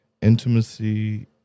intimacy